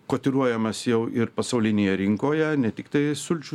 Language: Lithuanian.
kotiruojamas jau ir pasaulinėje rinkoje ne tiktai sulčių